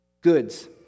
goods